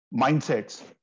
mindsets